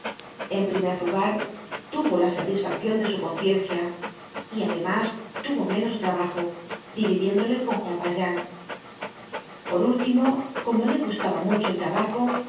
en primer lugar tuvo la satisfaccion de su conciencia y además tuvo menos trabajo dividiéndole con juan valjean por último como le gustaba mucho el tabaco